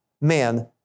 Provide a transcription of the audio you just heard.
men